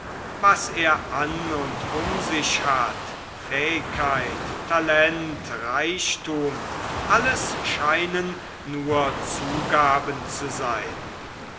was er an und um sich hat fähigkeit talent reichtum alles scheinen nur zugaben zu sein